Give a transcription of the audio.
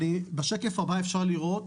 בשקף הבא אפשר לראות